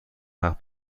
وقت